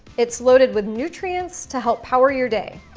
it's loaded with nutrients to help power your day.